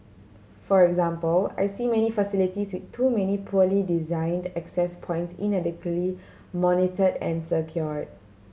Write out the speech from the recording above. for example I see many facilities with too many poorly designed access points inadequately monitored and secured